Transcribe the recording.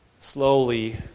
slowly